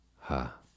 Ha